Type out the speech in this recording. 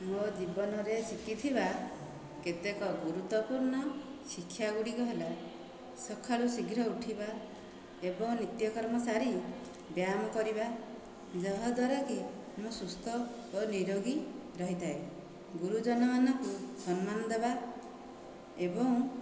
ମୋ ଜୀବନରେ ଶିଖିଥିବା କେତେକ ଗୁରୁତ୍ଵପୂର୍ଣ୍ଣ ଶିକ୍ଷା ଗୁଡ଼ିକ ହେଲା ସକାଳୁ ଶୀଘ୍ର ଉଠିବା ଏବଂ ନିତ୍ୟକର୍ମ ସାରି ବ୍ୟାୟାମ କରିବା ଯାହାଦ୍ୱାରା କି ମୁଁ ସୁସ୍ଥ ଓ ନିରୋଗୀ ରହିଥାଏ ଗୁରୁଜନମାନଙ୍କୁ ସମ୍ମାନ ଦେବା ଏବଂ